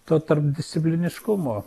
to tarpdiscipliniškumo